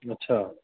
अछा